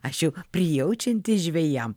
aš jau prijaučianti žvejam